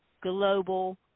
global